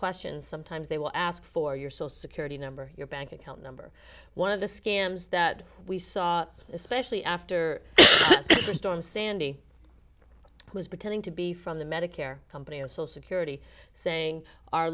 questions sometimes they will ask for your social security number your bank account number one of the scams that we saw especially after the storm sandy who is pretending to be from the medicare company and social security saying our